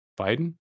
Biden